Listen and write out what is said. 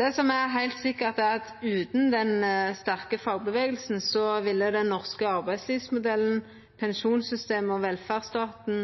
Det som er heilt sikkert, er at utan den sterke fagrørsla ville den norske arbeidslivsmodellen, pensjonssystemet og velferdsstaten